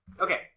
Okay